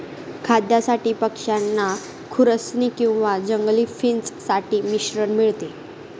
खाद्यासाठी पक्षांना खुरसनी किंवा जंगली फिंच साठी मिश्रण मिळते